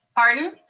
pardon?